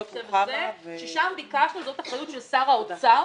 זאת אחריות של שר האוצר